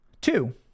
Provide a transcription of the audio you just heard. Two